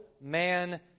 man